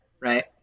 right